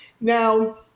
Now